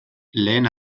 lehen